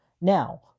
Now